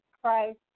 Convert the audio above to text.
Christ